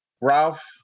Ralph